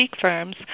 firms